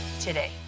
today